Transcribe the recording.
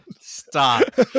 stop